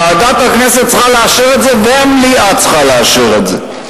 ועדת הכנסת צריכה לאשר את זה והמליאה צריכה לאשר את זה.